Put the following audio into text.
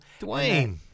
Dwayne